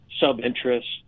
sub-interests